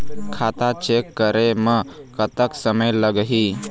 खाता चेक करे म कतक समय लगही?